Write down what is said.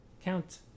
Count